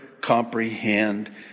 comprehend